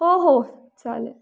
हो हो चालेल